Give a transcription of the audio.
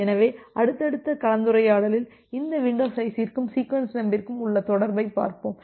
எனவே அடுத்தடுத்த கலந்துரையாடலில் இந்த வின்டோ சைசிற்கும் சீக்வென்ஸ் நம்பருக்கும் உள்ள தொடர்பைப் பார்ப்போம்